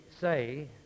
say